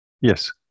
Yes